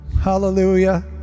hallelujah